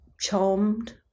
charmed